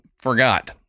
forgot